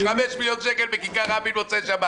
5 מיליון שקל בכיכר רבין במוצאי שבת.